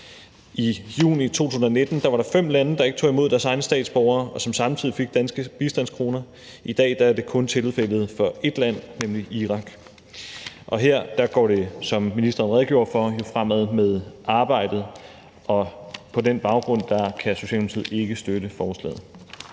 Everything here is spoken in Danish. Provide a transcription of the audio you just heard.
I juni 2019 var der fem lande, der ikke tog imod deres egne statsborgere, og som samtidig fik danske bistandskroner. I dag er det kun tilfældet for ét land, nemlig Irak, og her går det, som ministeren redegjorde for, jo fremad med arbejdet, og på den baggrund kan Socialdemokratiet ikke støtte forslaget.